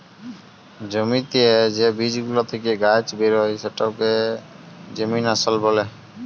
জ্যমিতে যে বীজ গুলা থেক্যে গাছ বেরয় সেটাকে জেমিনাসল ব্যলে